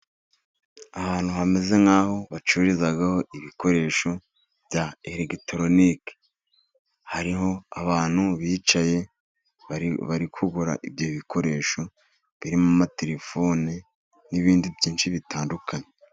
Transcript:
Ahantu hameze nk'aho bacururizaho ibikoresho bya eregitoroniki, hariho abantu bicaye bari kugura ibyo bikoresho birimo: amatelefoni, n'ibindi byinshi bitandukanye.